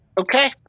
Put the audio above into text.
Okay